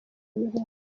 imirimo